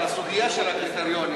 אבל הסוגיה של הקריטריונים,